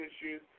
issues